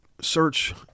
search